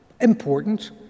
important